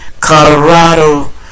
Colorado